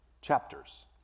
chapters